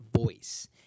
voice